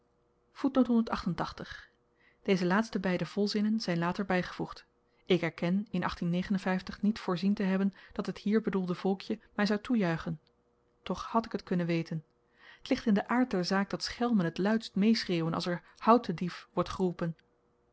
deze laatste beide volzinnen zyn later bygevoegd ik erken in niet voorzien te hebben dat het hier bedoelde volkje my zou toejuichen toch had ik t kunnen weten t ligt in den aard der zaak dat schelmen t luidst meeschreeuwen als er houdt den dief wordt geroepen